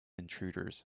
intruders